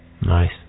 Nice